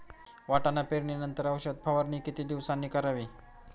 वाटाणा पेरणी नंतर औषध फवारणी किती दिवसांनी करावी?